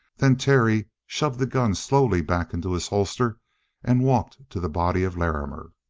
then terry shoved the gun slowly back into his holster and walked to the body of larrimer.